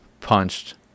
punched